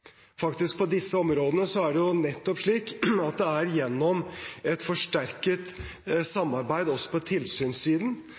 Faktisk er det på disse områdene nettopp slik at det er gjennom et forsterket